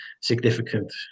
significant